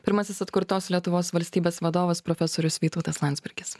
pirmasis atkurtos lietuvos valstybės vadovas profesorius vytautas landsbergis